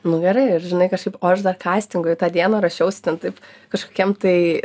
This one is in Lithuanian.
nu gerai ar žinai kažkaip o aš dar kastingui tą dieną ruošiausi ten taip kažkokiam tai